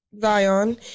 Zion